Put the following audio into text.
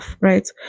right